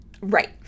Right